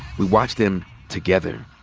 we watched them together.